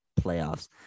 playoffs